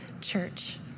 Church